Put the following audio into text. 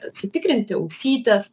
sutikrinti ausytes